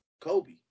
Kobe